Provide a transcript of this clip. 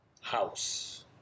house